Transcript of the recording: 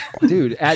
Dude